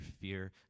fear